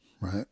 right